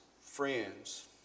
friends